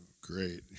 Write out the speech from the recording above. Great